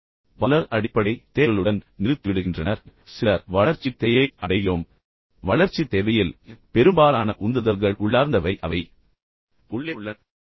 நம்மில் பெரும்பாலோர் அடிப்படை தேவைகளுடன் நிறுத்திவிடுகின்றனர் ஆனால் பின்னர் நம்மில் சிலர் வளர்ச்சித் தேவையை அடைகிறோம் பின்னர் வளர்ச்சித் தேவையைப் பற்றி நீங்கள் பேசும்போது பெரும்பாலான உந்துதல்கள் உள்ளார்ந்தவை அவை உள்ளுக்குள் உள்ளன